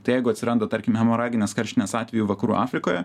tai jeigu atsiranda tarkim hemoraginės karštinės atvejų vakarų afrikoje